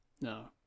No